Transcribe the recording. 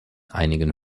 einigen